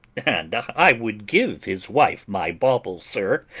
and i would give his wife my bauble, sir,